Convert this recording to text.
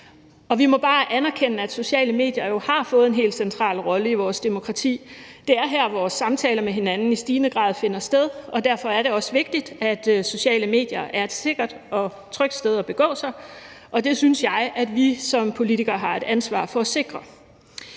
vi må bare anerkende, at sociale medier jo har fået en helt central rolle i vores demokrati. Det er her, vores samtaler med hinanden i stigende grad finder sted, og derfor er det også vigtigt, at sociale medier er et sikkert og trygt sted at begå sig, og det synes jeg at vi som politikere har et ansvar for at sikre.